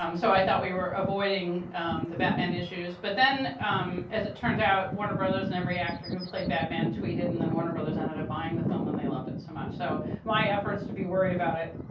um so i thought we were avoiding the batman issues. but then as it turned out, warner brothers and every actor who played batman tweeted, and then warner brothers ended up buying the film and they loved it so much. so my efforts to be worried about it